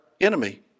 enemy